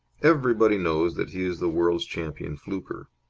everybody knows that he is the world's champion fluker.